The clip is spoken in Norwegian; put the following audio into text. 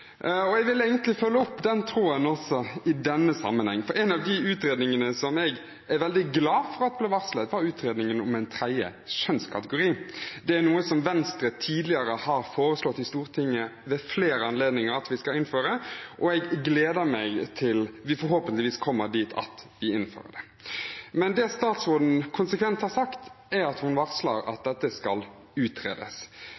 Jeg vil følge opp den tråden også i denne sammenheng. En av de utredningene som jeg er veldig glad for at ble varslet, er utredningen om en tredje kjønnskategori. Det er noe som Venstre tidligere har foreslått i Stortinget ved flere anledninger at vi skal innføre, og jeg gleder meg til at vi forhåpentligvis kommer dit at vi innfører det. Men det statsråden konsekvent har sagt, er at hun varsler